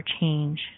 change